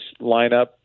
lineup